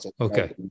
Okay